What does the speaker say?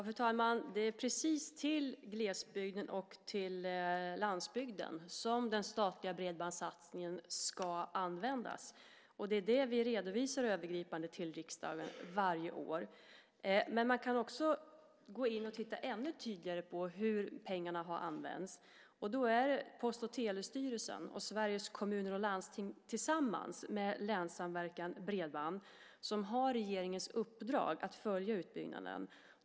Fru talman! Det är precis till glesbygden och landsbygden som pengarna i den statliga bredbandssatsningen ska användas. Det redovisar vi övergripande till riksdagen varje år. Man kan också gå in och titta ännu tydligare på hur pengarna har använts. Post och telestyrelsen och Sveriges Kommuner och Landsting tillsammans med Länssamverkan Bredband har regeringens uppdrag att följa utbyggnaden.